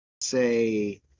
say